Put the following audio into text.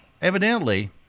evidently